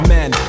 Men